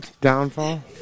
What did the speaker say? downfall